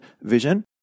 vision